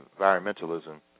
environmentalism